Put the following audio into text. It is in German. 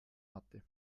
hatte